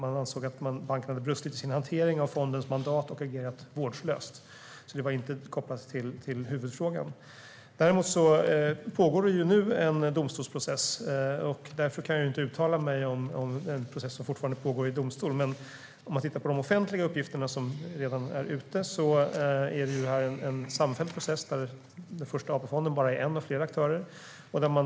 Man ansåg att banken hade brustit i sin hantering av fondens mandat och agerat vårdslöst. Det var alltså inte kopplat till huvudfrågan. Däremot pågår nu en domstolsprocess, och jag kan inte uttala mig om en process som fortfarande pågår i domstol. Men om man tittar på de offentliga uppgifterna ser man att det här är en samfällig process där Första AP-fonden bara är en av flera aktörer.